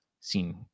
seen